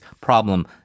problem